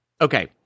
Okay